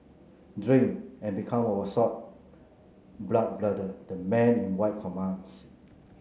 drink and become our sworn blood brother the man in white commands